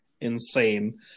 insane